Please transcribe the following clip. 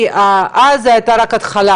כי אז זו הייתה רק ההתחלה